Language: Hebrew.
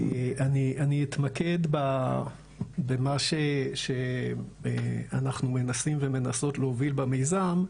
אני אתמקד במה שאנחנו מנסים ומנסות להוביל במיזם.